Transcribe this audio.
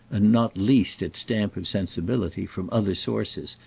and not least its stamp of sensibility, from other sources,